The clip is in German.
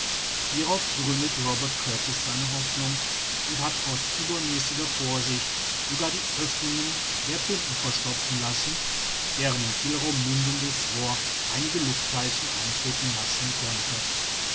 hierauf gründet robert kurtis seine hoffnung und hat aus übermäßiger vorsicht sogar die oeffnungen der pumpen verstopfen lassen deren im kielraum mündendes rohr einige lufttheilchen eintreten lassen konnte